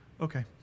Okay